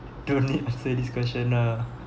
don't need answer this question ah